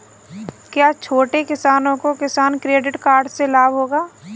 क्या छोटे किसानों को किसान क्रेडिट कार्ड से लाभ होगा?